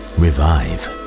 revive